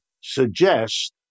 suggest